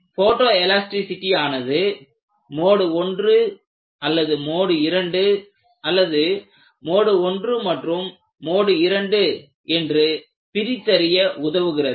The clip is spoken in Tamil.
போட்டோ எலாஸ்டிசிடி ஆனது மோடு 1 அல்லது மோடு 2 அல்லது மோடு 1 மற்றும் மோடு 2 என்று பிரித்தறிய உதவுகிறது